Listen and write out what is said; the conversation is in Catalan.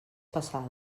passada